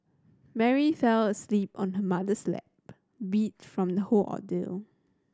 Mary fell asleep on her mother's lap beat from the whole ordeal